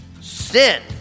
Sin